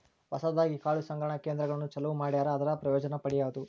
ಹೊಸದಾಗಿ ಕಾಳು ಸಂಗ್ರಹಣಾ ಕೇಂದ್ರಗಳನ್ನು ಚಲುವ ಮಾಡ್ಯಾರ ಅದರ ಪ್ರಯೋಜನಾ ಪಡಿಯುದು